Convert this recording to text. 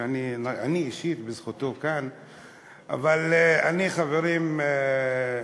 שאני אישית בזכותו כאן, אבל אני, חברים,